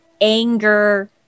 anger